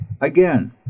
again